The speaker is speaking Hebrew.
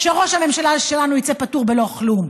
שראש הממשלה שלנו יצא פטור בלא כלום,